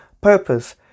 purpose